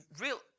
real